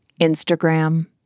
Instagram